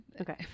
okay